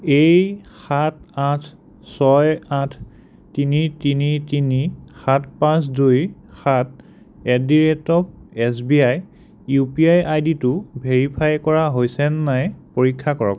এই সাত আঠ ছয় আঠ তিনি তিনি তিনি সাত পাঁচ দুই সাত at the rate of HBI UPI আইডিটো ভেৰিফাই কৰা হৈছেনে নাই পৰীক্ষা কৰক